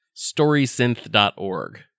Storysynth.org